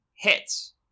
hits